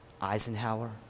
Eisenhower